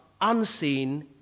unseen